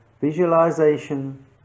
visualization